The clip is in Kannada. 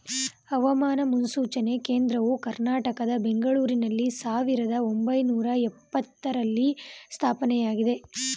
ಹವಾಮಾನ ಮುನ್ಸೂಚನೆ ಕೇಂದ್ರವು ಕರ್ನಾಟಕದ ಬೆಂಗಳೂರಿನಲ್ಲಿ ಸಾವಿರದ ಒಂಬೈನೂರ ಎಪತ್ತರರಲ್ಲಿ ಸ್ಥಾಪನೆಯಾಗಿದೆ